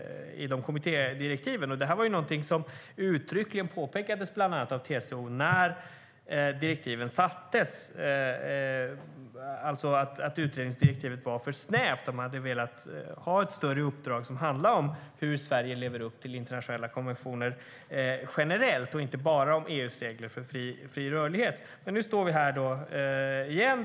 Detta var något som uttryckligen påpekades av bland annat TCO när direktiven gavs. Utredningsdirektiven var för snäva. Man hade velat ha ett större uppdrag som handlade om hur Sverige lever upp till internationella konventioner generellt och inte bara när det gäller EU:s regler för fri rörlighet. Nu står vi som sagt här igen.